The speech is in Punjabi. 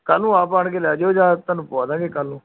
ਕੱਲ੍ਹ ਨੂੰ ਆਪ ਆਣ ਕੇ ਲੈ ਜਿਓ ਜਾਂ ਤੁਹਾਨੂੰ ਪਵਾ ਦਾਂਗੇ ਕੱਲ੍ਹ ਨੂੰ